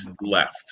left